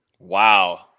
Wow